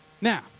Now